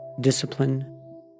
discipline